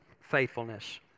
faithfulness